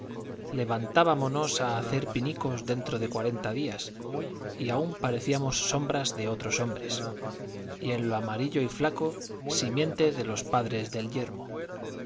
almirez levantábamonos a hacer pinicos dentro de cuarenta días y aún parecíamos sombras de otros hombres y en lo amarillo y flaco simiente de los padres del